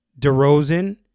DeRozan